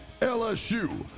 LSU